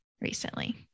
recently